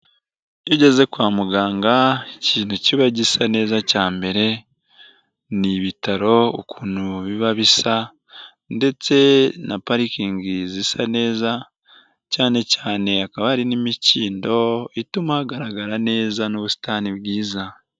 Iyo ugeze kwa muganga ikintu kiba gisa neza cya mbere n'ibitaro ukuntu biba bisa ndetse na parikingi zisa neza, cyane cyane hakaba hari n'imikindo ituma hagaragara neza n'ubusitani bwiza.